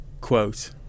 Quote